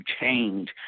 change